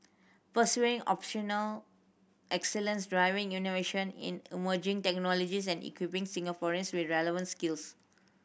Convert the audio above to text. pursuing operational excellence driving innovation in emerging technologies and equipping Singaporeans with relevant skills